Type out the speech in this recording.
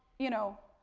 you know,